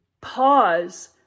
pause